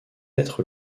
être